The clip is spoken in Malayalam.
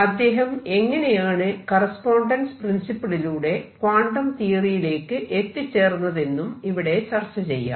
അദ്ദേഹം എങ്ങനെയാണ് കറസ്പോണ്ടൻസ് പ്രിൻസിപ്പിളിലൂടെ ക്വാണ്ടം തിയറിയിലേക്ക് എത്തിച്ചേർന്നതെന്നും ഇവിടെ ചർച്ച ചെയ്യാം